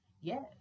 Yes